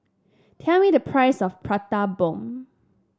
tell me the price of Prata Bomb